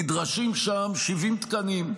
נדרשים שם 70 תקנים,